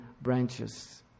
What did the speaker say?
branches